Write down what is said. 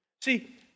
See